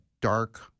dark